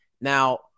Now